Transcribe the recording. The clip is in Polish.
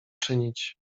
czynić